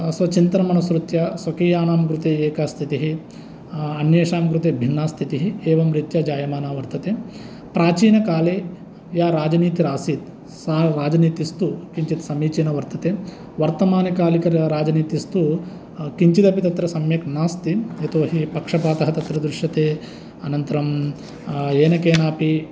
स्वचिन्तनमनुसृत्य स्वकीयानां कृते एका स्थितिः अन्येषां कृते भिन्ना स्थितिः एवं रीत्या जायमाना वर्तते प्राचीनकाले या राजनीतिरासीत् सा राजनीतिस्तु किञ्चित् समीचीना वर्तते वर्तमानकालिकराजनीतिस्तु किञ्चिदपि तत्र सम्यक् नास्ति यतोहि पक्षपातः तत्र दृश्यते अनन्तरं येन केनापि